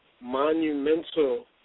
Monumental